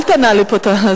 אל תנהלי פה את זה.